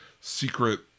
secret